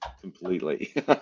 completely